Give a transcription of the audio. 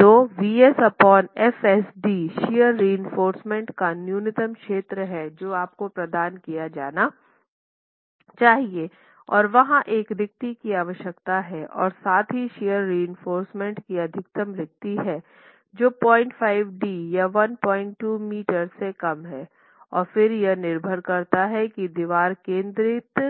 तो Vs f s d shear reinforcement का न्यूनतम क्षेत्र है जो आपको प्रदान किया जाना चाहिए और वहाँ एक रिक्ति की आवश्यकता है और साथ ही शियर रिइंफोर्समेन्ट की अधिकतम रिक्ति है जो 05d या 12 मीटर से कम है और फिर यह निर्भर करता है कि दीवार केंद्रित